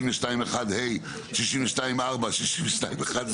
62(1)(ה), 62(4), 62(11),